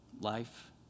life